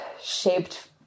shaped